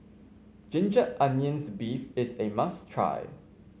Ginger Onions beef is A must try